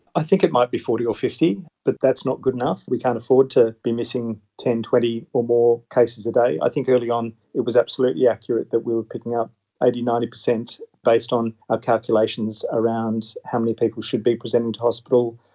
i think it might be forty or fifty, but that's not good enough, we can't afford to be missing ten, twenty or more cases a day. i think early on it was absolutely yeah accurate that we were picking up eighty percent, ninety percent based on our calculations around how many people should be presenting to hospital,